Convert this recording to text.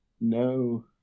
no